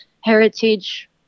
heritage